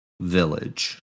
Village